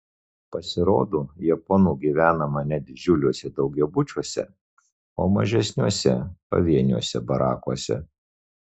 pasirodo japonų gyvenama ne didžiuliuose daugiabučiuose o mažesniuose pavieniuose barakuose